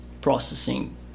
processing